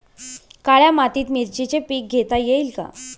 काळ्या मातीत मिरचीचे पीक घेता येईल का?